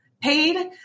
paid